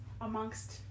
amongst